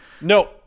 No